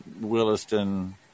Williston